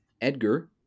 Edgar